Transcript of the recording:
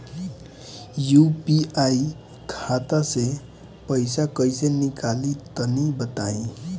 UPI खाता से पइसा कइसे निकली तनि बताई?